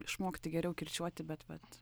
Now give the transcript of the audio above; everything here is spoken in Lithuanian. išmokti geriau kirčiuoti bet vat